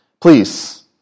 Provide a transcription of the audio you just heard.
Please